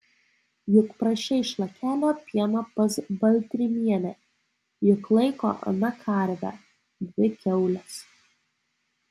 juk prašei šlakelio pieno pas baltrimienę juk laiko ana karvę dvi kiaules